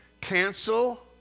Cancel